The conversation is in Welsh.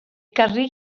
gyrru